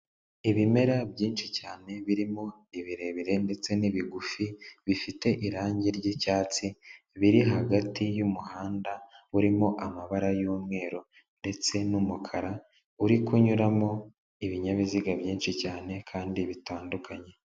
Ibimera byinshi cyane birimo ibirebire ndetse n'ibigufi bifite irangi ry'icyatsi biri hagati y'umuhanda urimo amabara y'umweru ndetse n'umukara uri kunyuramo ibinyabiziga byinshi cyane kandi bitandukanye.